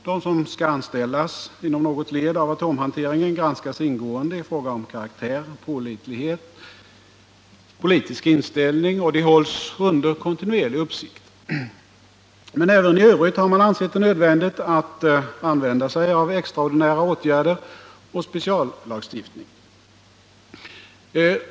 De som skall anställas inom något led av atomhanteringen granskas ingående i fråga om karaktär, pålitlighet och politisk inställning, och de hålls under kontinuerlig uppsikt. Men även i övrigt har man ansett det nödvändigt att använda sig av extraordinära åtgärder och speciallagstiftning.